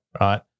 right